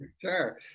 sure